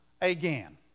again